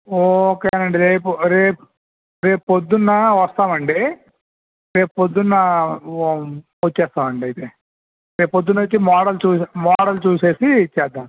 ఓకేనండి రేపు రేపు రేపు పొద్దున్న వస్తామండి రేపు పొద్దున్న వ వచ్చేస్తామండి అయితే రేపొద్దున్న వచ్చి మోడల్ చూసే మోడల్ చూసి ఇచ్చేద్దాం